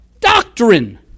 doctrine